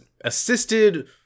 assisted